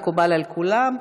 זה מקובל על כולם.